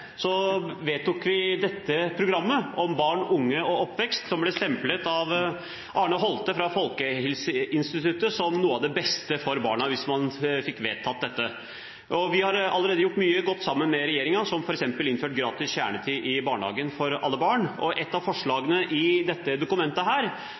vedtok vi det programmet om barn, unge og oppvekst som jeg har her, og som ble stemplet av Arne Holthe fra Folkehelseinstituttet som noe av det beste for barna, hvis man fikk vedtatt dette. Vi har allerede gjort mye godt sammen med regjeringen, som f.eks. innført gratis kjernetid i barnehagen for alle barn, og ett av